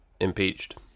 impeached